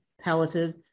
palliative